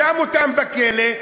שם אותם בכלא,